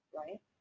right